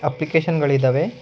ಅಪ್ಲಿಕೇಶನ್ಗಳಿದಾವೆ